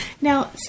Now